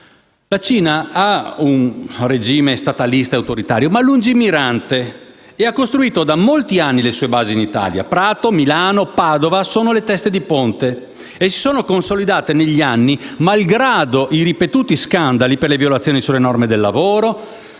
La Cina ha un regime statalista e autoritario ma lungimirante, e ha costruito da molti anni le sue basi in Italia. Prato, Milano, Padova sono le teste di ponte consolidatesi negli anni, malgrado i ripetuti scandali per le violazioni sulle norme del lavoro,